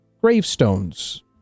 gravestones